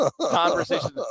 conversations